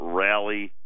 rally